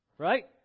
Right